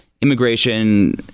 Immigration